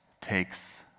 takes